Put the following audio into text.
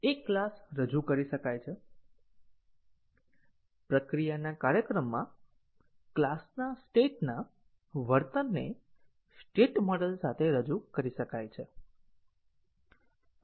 એક ક્લાસ રજૂ કરી શકાય છે પ્રક્રિયાના કાર્યક્રમમાં ક્લાસના સ્ટેટના વર્તનને સ્ટેટ મોડેલ સાથે રજૂ કરી શકાય છે